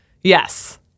Yes